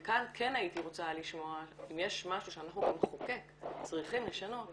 כאן כן הייתי רוצה לשמוע אם יש משהו שאנחנו כמחוקק צריכים לשנות,